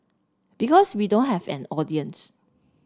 because we don't have an audience